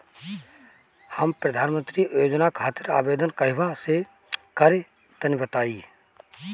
हम प्रधनमंत्री योजना खातिर आवेदन कहवा से करि तनि बताईं?